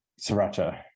sriracha